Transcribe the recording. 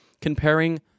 comparing